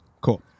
Cool